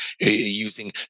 using